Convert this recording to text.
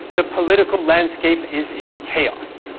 the political landscape is in chaos.